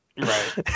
right